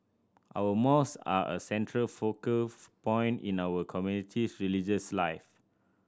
our are a central focal point in our community's religious life